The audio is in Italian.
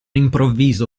improvviso